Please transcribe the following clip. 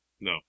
No